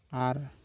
ᱟᱨ